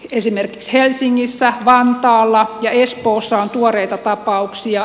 esimerkiksi helsingissä vantaalla ja espoossa on tuoreita tapauksia